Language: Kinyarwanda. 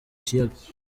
kiyaga